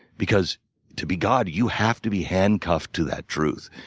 because to be god, you have to be handcuffed to that truth.